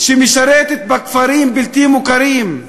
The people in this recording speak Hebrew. שמשרתת בכפרים הבלתי-מוכרים,